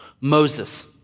Moses